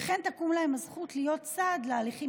וכן תקום להם הזכות להיות צד להליכים